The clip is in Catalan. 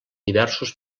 diversos